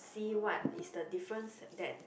see what is the difference that